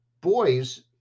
boys